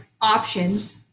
options